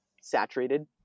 saturated